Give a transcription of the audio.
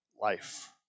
life